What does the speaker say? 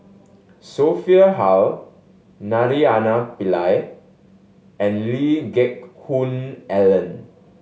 Sophia Hull Naraina Pillai and Lee Geck Hoon Ellen